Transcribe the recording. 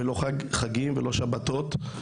לא חגים ולא שבתות.